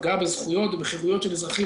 פגע בזכויות ובחרויות של אזרחים.